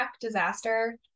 disaster